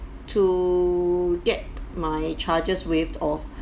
to get my charges waived off